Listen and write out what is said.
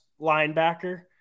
linebacker